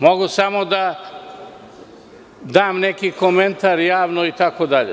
Mogu samo da dam neki komentar javno itd.